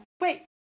Wait